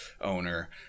owner